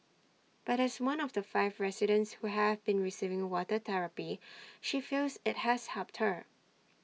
but as one of the five residents who have been receiving water therapy she feels IT has helped her